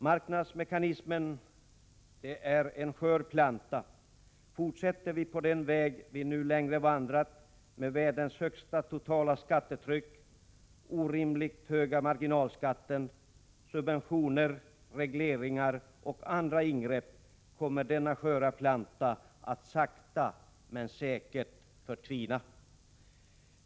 Marknadsmekanismen är en skör planta. Fortsätter vi på den väg vi nu länge vandrat med världens högsta totala skattetryck, orimligt höga marginalskatter, subventioner, regleringar och andra ingrepp, kommer denna sköra planta att sakta men säkert förtvina.